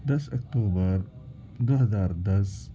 دس اکتوبر دو ہزار دس